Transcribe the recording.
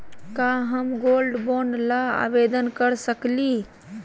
का हम gold bond ल आवेदन कर सकली?